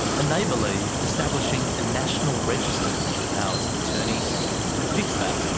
and they believe establishing a national register of powers of attorney could fix that.